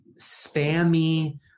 spammy